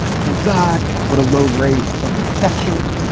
thank god. would a low rate of infection,